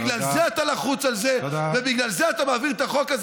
בגלל זה אתה לחוץ על זה ובגלל זה אתה מעביר את החוק הזה